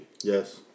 Yes